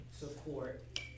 support